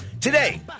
Today